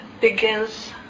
begins